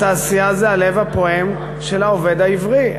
התעשייה זה הלב הפועם של העובד העברי.